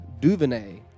DuVernay